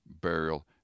burial